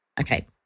Okay